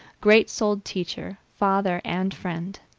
great-souled teacher, father and friend.